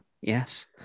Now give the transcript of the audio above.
Yes